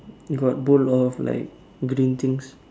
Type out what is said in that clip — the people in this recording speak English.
got bowl of like green things